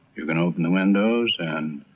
you can open the windows and